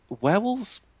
Werewolves